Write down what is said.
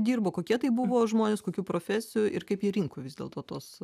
dirbo kokie tai buvo žmonės kokių profesijų ir kaip jie rinko vis dėlto tuos